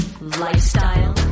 lifestyle